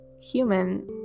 human